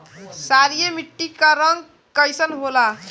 क्षारीय मीट्टी क रंग कइसन होला?